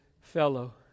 fellow